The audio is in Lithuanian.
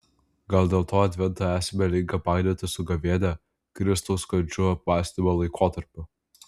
gal dėl to adventą esame linkę painioti su gavėnia kristaus kančių apmąstymo laikotarpiu